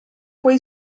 quei